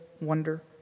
wonder